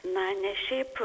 na ne šiaip